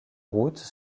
routes